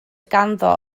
ganddo